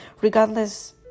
regardless